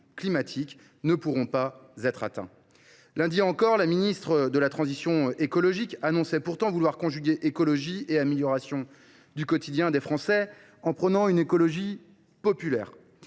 climatique ne pourront pas être atteints. Lundi dernier encore, la ministre de la transition écologique annonçait pourtant vouloir conjuguer écologie et amélioration du quotidien des Français, en prônant une écologie « populaire